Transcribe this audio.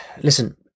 Listen